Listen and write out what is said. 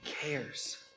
cares